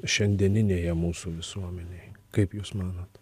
šiandieninėje mūsų visuomenėj kaip jūs manot